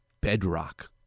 Bedrock